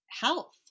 health